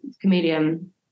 comedian